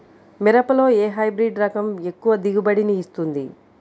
మిరపలో ఏ హైబ్రిడ్ రకం ఎక్కువ దిగుబడిని ఇస్తుంది?